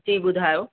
जी ॿुधायो